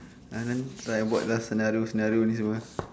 uh then tak payah buat lah scenario scenario ni semua